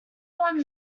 one